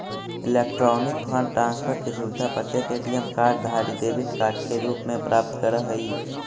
electronic fund transfer के सुविधा प्रत्येक ए.टी.एम कार्ड धारी डेबिट कार्ड के रूप में प्राप्त करऽ हइ